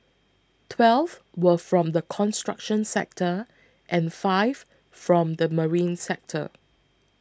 twelve were from the construction sector and five from the marine sector